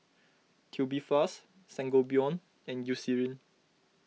Tubifast Sangobion and Eucerin